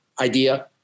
idea